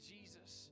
Jesus